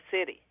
city